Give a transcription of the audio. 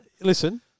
Listen